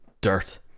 dirt